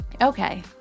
Okay